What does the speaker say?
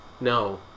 No